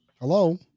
Hello